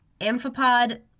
amphipod